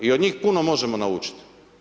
I od njih puno možemo naučiti.